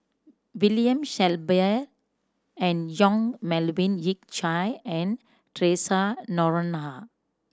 William Shellabear and Yong Melvin Yik Chye and Theresa Noronha